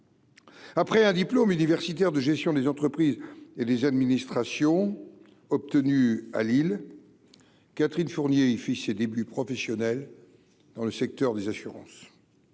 Après un diplôme universitaire de gestion des entreprises et des administrations obtenu à Lille, Catherine Fournier il fit ses débuts professionnels dans le secteur des assurances